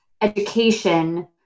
education